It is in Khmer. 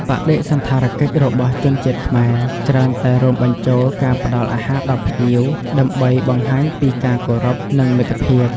បដិសណ្ឋារកិច្ចរបស់ជនជាតិខ្មែរ ច្រើនតែរួមបញ្ចូលការផ្តល់អាហារដល់ភ្ញៀវ ដើម្បីបង្ហាញពីការគោរព និងមិត្តភាព។